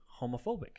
homophobic